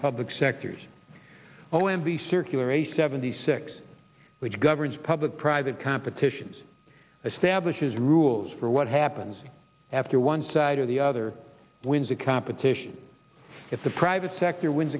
public sectors o m b circular a seventy six which governs public private competitions establishes rules for what happens after one side or the other wins a competition if the private sector wins